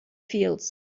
fields